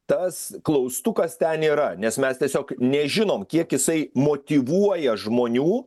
tas klaustukas ten yra nes mes tiesiog nežinom kiek jisai motyvuoja žmonių